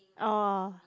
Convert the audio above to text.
oh